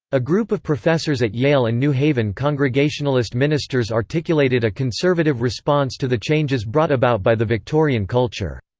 a group of professors at yale and new haven congregationalist ministers articulated a conservative response to the changes brought about by the victorian culture.